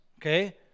okay